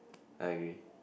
I agree